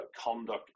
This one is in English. conduct